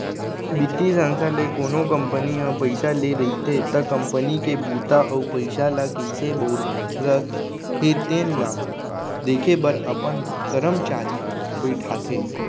बित्तीय संस्था ले कोनो कंपनी ह पइसा ले रहिथे त कंपनी के बूता अउ पइसा ल कइसे बउरत हे तेन ल देखे बर अपन करमचारी बइठाथे